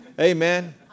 Amen